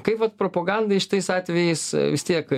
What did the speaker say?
kaip vat propagandai šitais atvejais vis tiek